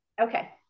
Okay